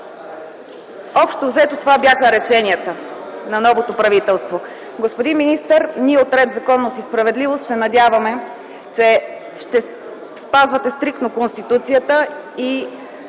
Общо-взето това бяха решенията на новото правителство. Господин министър, ние от „Ред, законност и справедливост” се надяваме, че ще спазвате стриктно Конституцията и